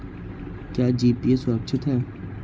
क्या जी.पी.ए सुरक्षित है?